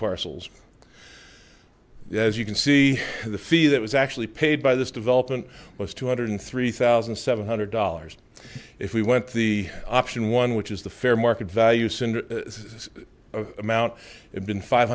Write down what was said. parcels as you can see the fee that was actually paid by this development was two hundred three thousand seven hundred dollars if we went to the option one which is the fair market value of mt it been five